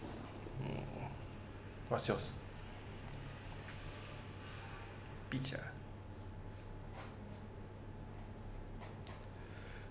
mm what's yours beach ah